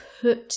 put